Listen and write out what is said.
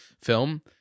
film